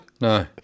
No